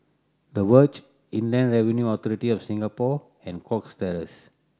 The Verge Inland Revenue Authority of Singapore and Cox Terrace